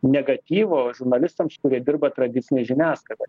negatyvo žurnalistams kurie dirba tradicinėj žiniasklaidoj